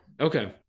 okay